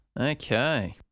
Okay